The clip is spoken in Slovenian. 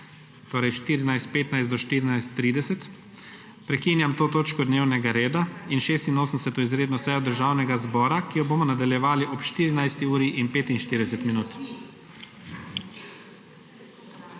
trajalo do 14.30. Prekinjam to točko dnevnega reda in 86. izredno sejo Državnega zbora, ki jo bomo nadaljevali ob 14.45.